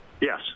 Yes